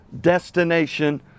destination